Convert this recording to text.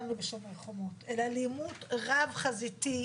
לנו ב"שומר חומות" אלא לעימות רב-חזיתי,